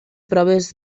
proves